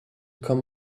come